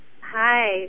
Hi